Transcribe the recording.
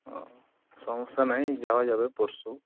ও সমস্যা নেই যাওয়া যাবে পরশু